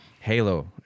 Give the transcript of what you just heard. Halo